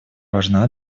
важна